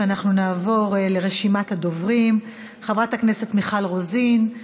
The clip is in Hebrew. אנחנו נעבור לרשימת הדוברים: חברת הכנסת מיכל רוזין,